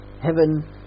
heaven